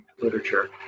literature